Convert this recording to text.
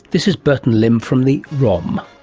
this is burton lim from the rom.